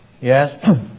Yes